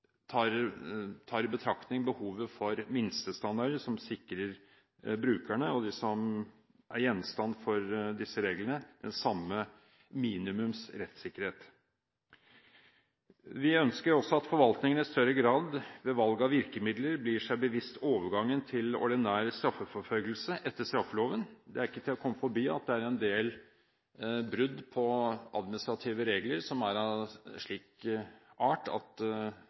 i betraktning behovet for minstestandarder som sikrer brukerne og de som er gjenstand for disse reglene, den samme minimumsrettssikkerhet. Vi ønsker også at forvaltningen i større grad ved valg av virkemidler blir seg bevisst overgangen til ordinær straffeforfølgelse etter straffeloven. Det er ikke til å komme forbi at det er en del brudd på administrative regler, som er av en slik art at